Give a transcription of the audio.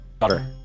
daughter